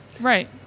right